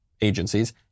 agencies